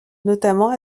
notamment